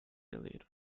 celeiro